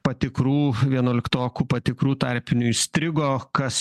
patikrų vienuoliktokų patikrų tarpinių įstrigo kas